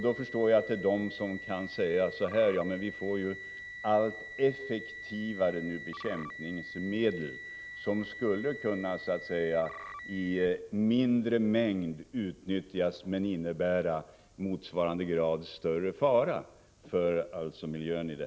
Då förstår jag att en del kan säga: Ja, men vi får ju allt effektivare bekämpningsmedel som skall kunna utnyttjas i mindre mängd men innebära i motsvarande grad större fara för miljön.